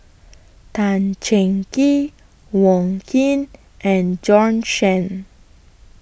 Tan Cheng Kee Wong Keen and Bjorn Shen